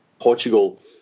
portugal